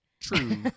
True